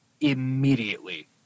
immediately